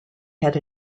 had